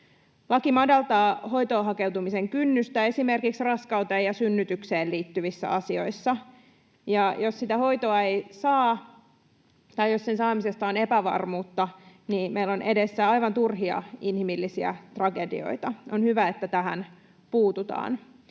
Laki madaltaa hoitoon hakeutumisen kynnystä esimerkiksi raskauteen ja synnytykseen liittyvissä asioissa. Jos sitä hoitoa ei saa tai jos sen saamisesta on epävarmuutta, niin meillä on edessä aivan turhia inhimillisiä tragedioita. On hyvä, että tähän puututaan.